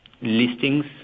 listings